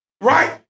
Right